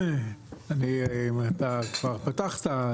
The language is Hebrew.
אם כבר פתחת,